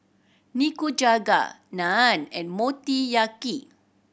Nikujaga Naan and Motoyaki